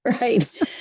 Right